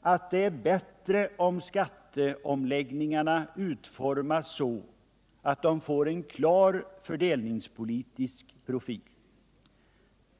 att det är bättre om skatteomläggningarna utformas så, att de får en klar fördelningspolitisk profil.